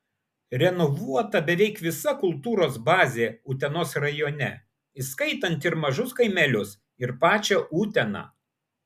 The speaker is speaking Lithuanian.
renovuota beveik visa kultūros bazė utenos rajone įskaitant ir mažus kaimelius ir pačią uteną